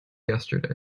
yesterday